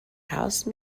house